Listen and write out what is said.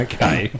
Okay